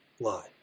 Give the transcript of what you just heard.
lie